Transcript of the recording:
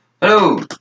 Hello